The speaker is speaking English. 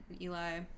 eli